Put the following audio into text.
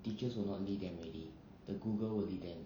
teachers will not lead them already the google will lead them